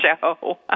show